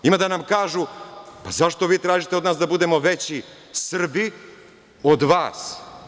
Ima da nam kažu – pa zašto vi od nas tražite da budemo veći Srbi od vas?